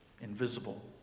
invisible